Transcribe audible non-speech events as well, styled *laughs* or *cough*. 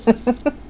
*laughs*